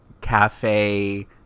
cafe